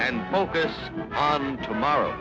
and focus on tomorrow